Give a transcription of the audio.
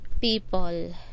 people